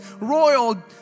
royal